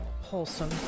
wholesome